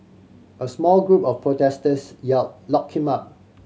a small group of protesters yell lock him up